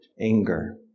anger